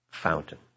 fountain